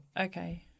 Okay